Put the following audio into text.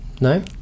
No